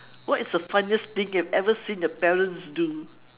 what is the funniest thing you have ever seen your parents do